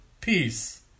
peace